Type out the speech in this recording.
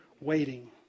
Waiting